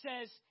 says